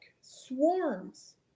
swarms